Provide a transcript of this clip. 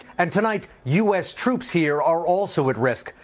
and tonight u s. troops here are also at risk.